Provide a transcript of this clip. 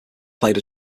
played